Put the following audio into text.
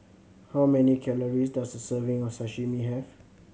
how many calories does a serving of Sashimi have